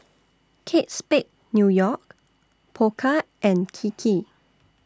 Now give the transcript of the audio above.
Kate Spade New York Pokka and Kiki